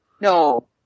no